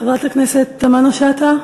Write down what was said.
חברת הכנסת תמנו-שטה,